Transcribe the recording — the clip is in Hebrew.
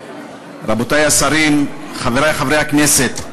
רבותי השרים, חברי חברי הכנסת,